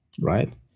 right